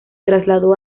trasladó